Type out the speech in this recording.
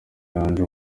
andrew